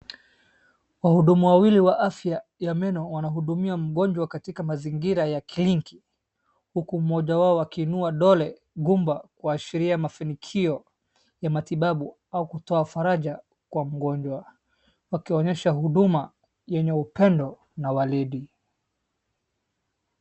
wahudumu wawili wa afya ya meno wanahudumia mgonjwa katika mazingira ya kliniki huku mmoja wao akiiniua kidole gumba kuashiria mafanikio ya matibabu au kutoa faraja kwa mgonjwa wakionyesha huduma yenye upendo na waridi